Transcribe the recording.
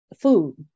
food